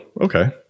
okay